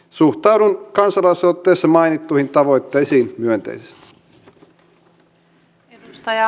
suhtaudun kansalaisaloitteessa mainittuihin tavoitteisiin myönteisesti